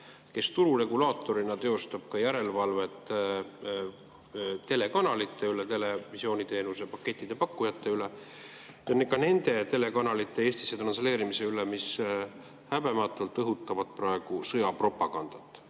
kes tururegulaatorina teostab järelevalvet ka telekanalite üle, televisiooniteenusepakettide pakkujate üle, ja ka nende telekanalite Eestisse transleerimise üle, mis häbematult teevad praegu sõjapropagandat,